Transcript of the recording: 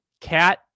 Cat